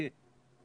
כן.